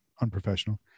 unprofessional